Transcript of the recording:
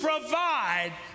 provide